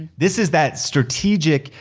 this is that strategic.